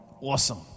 Awesome